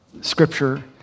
scripture